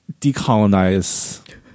decolonize